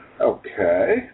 Okay